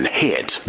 hit